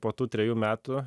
po tų trejų metų